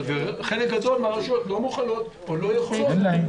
חלק גדול מן הרשויות לא מוכן או לא יכול לממן את זה.